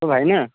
hello ଆଜ୍ଞା